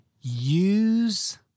use